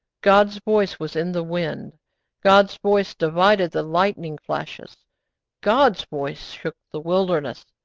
god's voice was in the wind god's voice divided the lightning-flashes god's voice shook the wilderness.